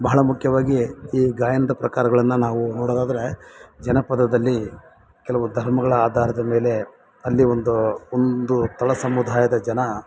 ಬಹಳ ಮುಖ್ಯವಾಗಿ ಈ ಗಾಯನದ ಪ್ರಕಾರಗಳನ್ನು ನಾವು ನೋಡೊದಾದರೆ ಜನಪದದಲ್ಲಿ ಕೆಲವು ಧರ್ಮಗಳ ಆಧಾರದ ಮೇಲೆ ಅಲ್ಲಿ ಒಂದು ಒಂದು ತಳ ಸಮುದಾಯದ ಜನ